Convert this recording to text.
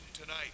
tonight